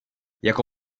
jako